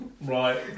Right